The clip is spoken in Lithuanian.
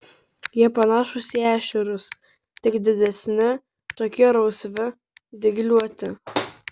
jie panašūs į ešerius tik didesni tokie rausvi dygliuoti